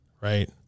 right